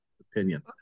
opinion